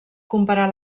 comparar